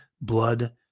blood